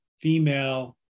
female